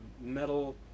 metal